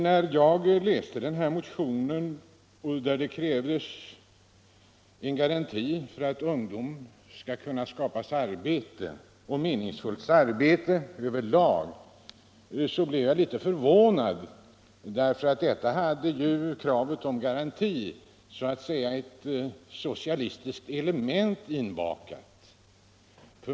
När jag läste denna motion, vari det krävs en garanti för att all ungdom skall beredas meningsfullt arbete, blev jag litet förvånad. I kravet på garanti är nämligen ett socialistiskt element inbakat.